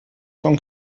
von